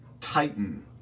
Titan